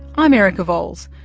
i'm erica vowles.